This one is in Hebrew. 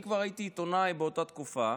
אני כבר הייתי עיתונאי באותה תקופה,